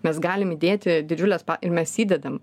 mes galim įdėti didžiules ir mes įdedam